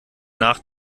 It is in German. nach